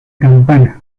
campana